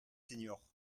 seniors